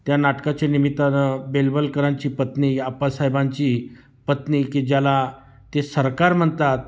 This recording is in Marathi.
त्या नाटकाच्या निमित्तानं बेलबलकरांची पत्नी आप्पासाहेबांची पत्नी की ज्याला ते सरकार म्हणतात